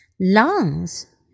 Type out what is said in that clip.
Lungs